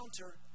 counter